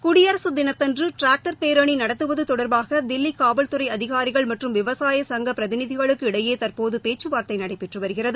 குடியரசு தினத்தன்று ட்டிராக்டர் பேரனி நடத்துவது தொடர்பாக தில்லி காவல்துறை அதிகாரிகள் மற்றும் விவசாய சங்க பிரதிநிதிகளுக்கு இடையே தற்போது பேச்சுவார்த்தை நடைபெற்று வருகிறது